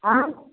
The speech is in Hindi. हाएँ